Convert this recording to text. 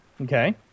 Okay